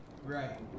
Right